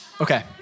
Okay